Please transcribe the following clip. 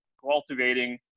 cultivating